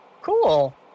cool